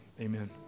Amen